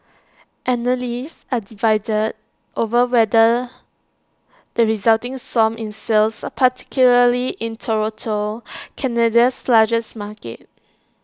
analysts are divided over whether the resulting swoon in sales particularly in Toronto Canada's largest market